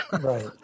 Right